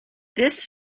this